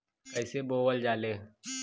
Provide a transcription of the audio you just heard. कईसे बोवल जाले?